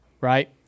right